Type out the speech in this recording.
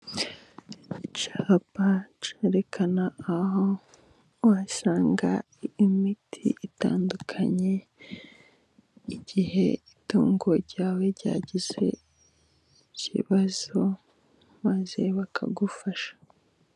Icyapa cyerekana aho wasanga imiti itandukanye, igihe itungo ryawe ryagize ikibazo, maze bakagufasha.